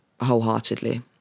wholeheartedly